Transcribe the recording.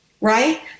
right